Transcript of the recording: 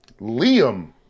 Liam